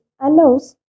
allows